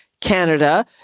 Canada